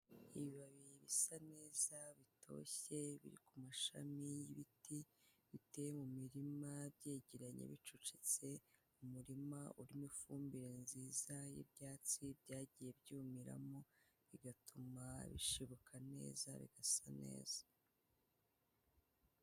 Ibibabi bisa neza bitoshye biri kumashami y'ibiti biteye mu mirima byegeranye bicucitse umurima urimo ifumbire nziza y'ibyatsi byagiye byumiramo bigatuma bishibuka neza bisa neza.